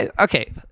okay